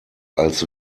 als